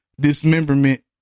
dismemberment